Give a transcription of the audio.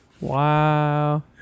Wow